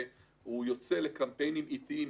והוא יוצא לקמפיינים עיתיים,